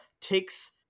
takes